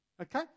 Okay